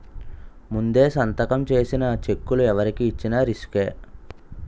ముందే సంతకం చేసిన చెక్కులు ఎవరికి ఇచ్చిన రిసుకే